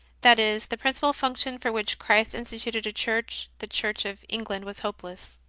that is, the principal function for which christ instituted a church the church of england was hopeless.